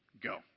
Go